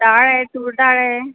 डाळ आहे तूर डाळ आहे